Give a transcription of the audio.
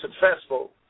successful